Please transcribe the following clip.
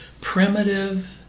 primitive